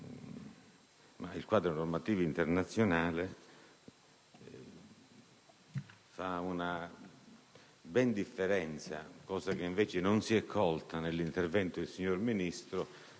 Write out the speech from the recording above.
un quadro normativo internazionale, il quale però fa una differenza - che invece non si è colta nell'intervento del signor Ministro